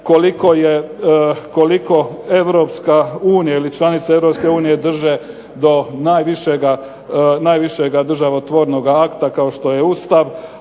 Europske unije drže do najvišega državotvornoga akta kao što je Ustav,